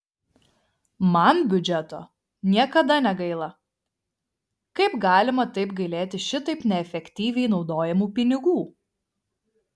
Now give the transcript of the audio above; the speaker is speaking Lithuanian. man biudžeto niekada negaila kaip galima taip gailėti šitaip neefektyviai naudojamų pinigų